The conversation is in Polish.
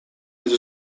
jest